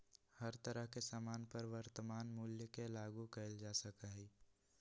हर तरह के सामान पर वर्तमान मूल्य के लागू कइल जा सका हई